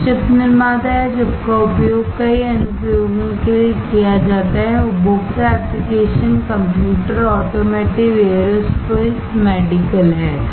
तो चिप निर्माता या चिप का उपयोग कई अनुप्रयोगों के लिए किया जाता है उपभोक्ता application computer automotive aerospace medical हैं